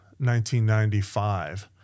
1995